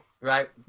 right